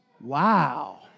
Wow